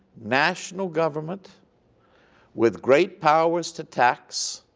national government with great powers to tax